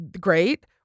great